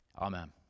Amen